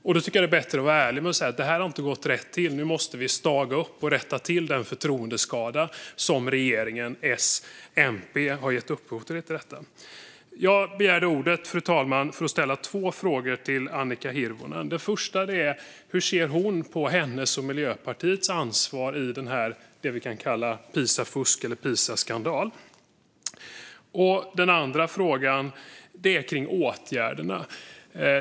Jag tycker att det är bättre att vara ärlig och säga att det här inte har gått rätt till. Nu måste vi staga upp detta och rätta till den förtroendeskada som S-MP-regeringen har gett upphov till. Fru talman! Jag begärde ordet för att ställa två frågor till Annika Hirvonen. Den första är: Hur ser Annika Hirvonen på sitt och Miljöpartiets ansvar i det vi kan kalla Pisafusket eller Pisaskandalen? Den andra frågan gäller åtgärderna.